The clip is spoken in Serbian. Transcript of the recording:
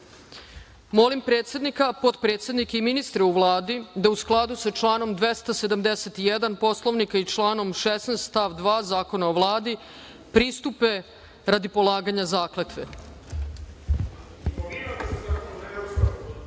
goste. Molim predsednika, potpredsednike i ministre u Vladi da, u skladu sa članom 271. Poslovnika i članom 16. stav 2. Zakona o Vladi, pristupe radi polaganja